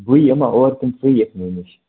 بٕے ییٚما یور کَنہٕ ژٕے یِکھ مےٚ نِش